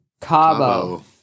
Cabo